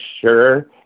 sure